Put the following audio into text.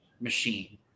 machine